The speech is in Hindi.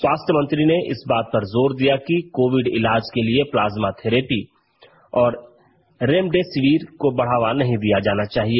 स्वास्थ्य मंत्री ने इस बात पर जोर दिया कि कोविड इलाज के लिए प्लाज्मा थेरेपी और रेमडेसिविर को बढ़ावा नहीं दिया जाना चाहिए